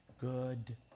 good